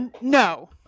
no